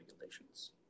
regulations